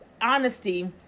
honesty